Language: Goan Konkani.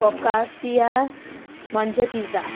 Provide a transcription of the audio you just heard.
फोकासिया म्हणजे पिझ्झा